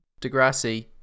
Degrassi